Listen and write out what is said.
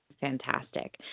fantastic